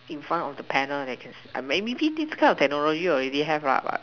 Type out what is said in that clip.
in front of the panel they can see maybe this kind of technology already have lah but